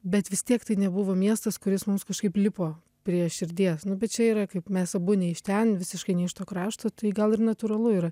bet vis tiek tai nebuvo miestas kuris mums kažkaip lipo prie širdies nu bet čia yra kaip mes abu nei iš ten visiškai ne iš to krašto tai gal ir natūralu yra